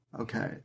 Okay